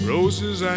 Roses